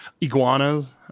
Iguanas